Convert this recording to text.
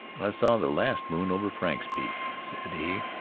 i saw the last moon over frank's peak, said he,